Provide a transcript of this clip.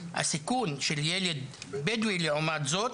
הסיכון של ילד בדואי לעומת זאת,